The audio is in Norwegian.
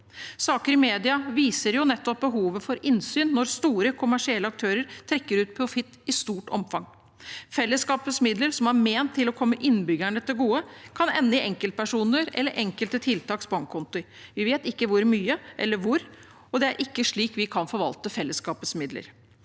Saker i media viser nettopp behovet for innsyn når store kommersielle aktører trekker ut profitt i stort omfang. Fellesskapets midler, som er ment å komme innbyggerne til gode, kan ende opp på enkeltpersoners eller enkelte foretaks bankkonti – vi vet ikke hvor mye, eller hvor. Det er ikke slik vi skal forvalte fellesskapets midler.